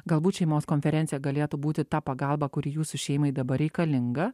galbūt šeimos konferencija galėtų būti ta pagalba kuri jūsų šeimai dabar reikalinga